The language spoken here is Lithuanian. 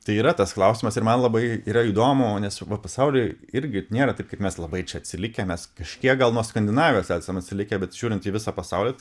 tai yra tas klausimas ir man labai yra įdomu nes va pasaulyje irgi nėra taip kad mes labai čia atsilikę mes kažkiek gal nuo skandinavijos esam atsilikę bet žiūrint į visą pasaulį